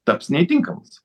taps netinkamas